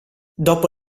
dopo